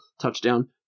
touchdown